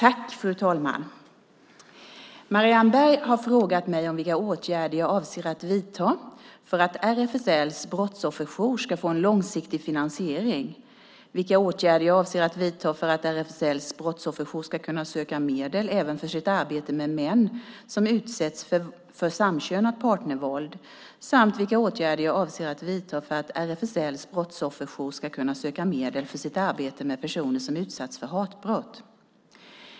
Fru talman! Marianne Berg har frågat mig vilka åtgärder jag avser att vidta för att RFSL:s brottsofferjour ska få en långsiktig finansiering, vilka åtgärder jag avser att vidta för att RFSL:s brottsofferjour ska kunna söka medel även för sitt arbete med män som utsatts för samkönat partnervåld samt vilka åtgärder jag avser att vidta för att RFSL:s brottsofferjour ska kunna söka medel för sitt arbete med personer som utsatts för hatbrott.